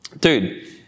dude